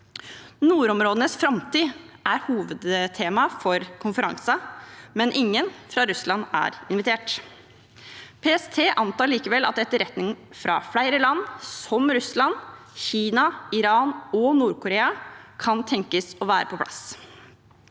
Nordområdenes framtid er hovedtema for konferansen, men ingen fra Russland er invitert. PST antar likevel at etterretning fra flere land, som Russland, Kina, Iran og Nord-Korea, kan tenkes å være på plass.